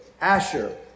Asher